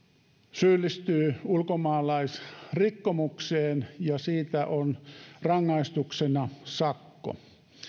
syyllistyy ulkomaalaisrikkomukseen ja siitä on rangaistuksena sakko